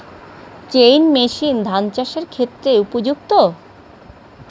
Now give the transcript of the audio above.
Chain machine ধান চাষের ক্ষেত্রে উপযুক্ত?